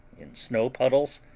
in snow puddles,